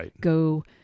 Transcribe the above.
go